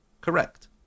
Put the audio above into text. Correct